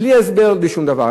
בלי הסבר, בלי שום דבר.